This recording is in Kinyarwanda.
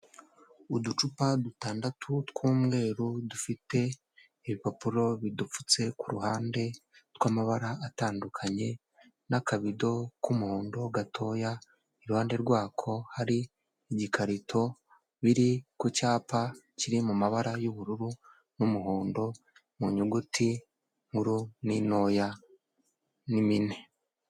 Uducupa dutandatu tw'umweru dufite ibipapuro bidupfutse kuruhande tw'amabara atandukanye n'akabido k'umuhondo gatoya, iruhande rwako hari igikarito biri ku cyapa kiri mu mabara y'ubururu n'umuhondo mu nyuguti nkuru n'intoya n'impine.